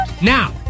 Now